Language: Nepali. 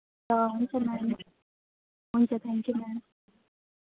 हुन्छ हुन्छ म्याम हुन्छ थ्याङ्क यु म्याम